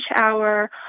hour